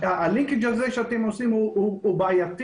הלינקג' הזה שאתם עושים הוא בעייתי,